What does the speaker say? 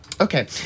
Okay